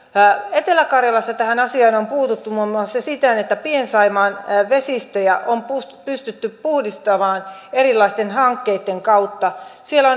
etelä karjalassa tähän asiaan on puututtu muun muassa siten että pien saimaan vesistöjä on pystytty puhdistamaan erilaisten hankkeitten kautta siellä